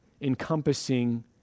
encompassing